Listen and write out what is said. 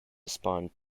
spawned